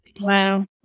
Wow